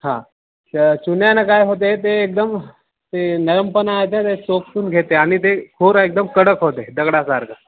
हां तर चुन्यानं काय होते ते एकदम ते नरमपणा आहे तर ते चोखून घेते आणि ते खूर एकदम कडक होते दगडासारखं